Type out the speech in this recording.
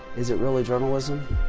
is it really journalism?